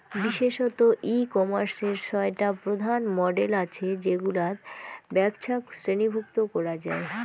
বিশেষতঃ ই কমার্সের ছয়টা প্রধান মডেল আছে যেগুলাত ব্যপছাক শ্রেণীভুক্ত করা যায়